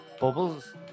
bubbles